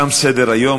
תם סדר-היום.